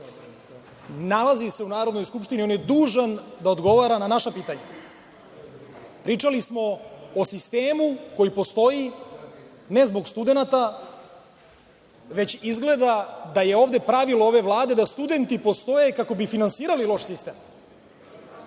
Nalazi se u Narodnoj skupštini i on je dužan da odgovara na naša pitanja. Pričali smo o sistemu koji postoji ne zbog studenata, već izgleda da je ovde pravilo ove Vlade da studenti postoje kako bi finansirali loš sistem.